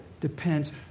depends